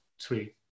three